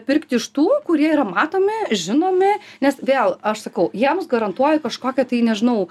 pirkti iš tų kurie yra matomi žinomi nes vėl aš sakau jiems garantuoja kažkokią tai nežinau